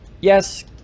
yes